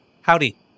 howdy